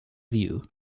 view